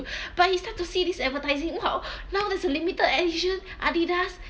but he start to see these advertising !wow! now there's a limited edition Adidas